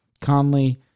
Conley